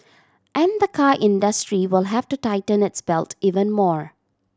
and the car industry will have to tighten its belt even more